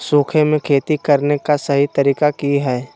सूखे में खेती करने का सही तरीका की हैय?